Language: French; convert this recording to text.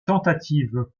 tentatives